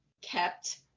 kept